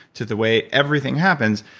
to the way everything happens.